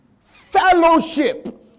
fellowship